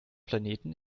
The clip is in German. planeten